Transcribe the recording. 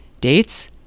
Dates